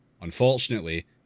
Unfortunately